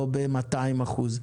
ולא ב-200%.